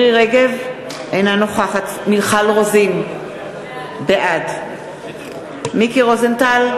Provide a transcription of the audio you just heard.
אינה נוכחת מיכל רוזין, בעד מיקי רוזנטל,